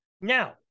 Now